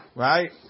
right